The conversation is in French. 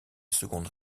seconde